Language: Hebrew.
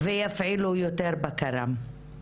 ויפעילו יותר בקרה.